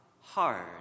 hard